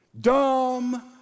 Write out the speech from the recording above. dumb